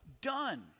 done